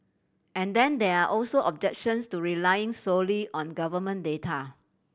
and then there are also objections to relying solely on government data